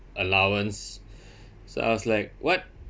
allowance so I was like what